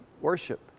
worship